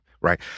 Right